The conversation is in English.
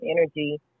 energy